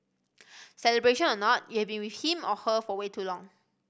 celebration or not you've been with him or her for way too long